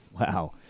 wow